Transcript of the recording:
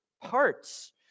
parts